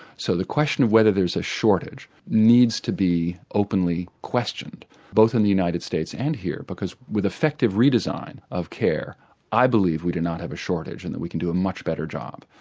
so the question of whether there's a shortage needs to be openly questioned both in the united states and here because with effective redesign of care i believe we do not have a shortage and that we can do a much better job.